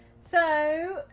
so,